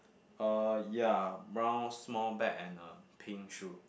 uh ya brown small bag and a pink shoe